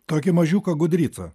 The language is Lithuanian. tokį mažiuką gudrycą